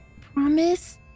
Promise